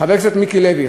חבר הכנסת מיקי לוי,